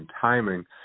Timing